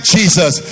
Jesus